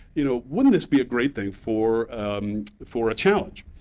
you know, wouldn't this be a great thing for for a challenge?